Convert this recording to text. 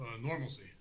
normalcy